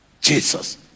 Jesus